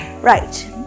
Right